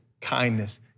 kindness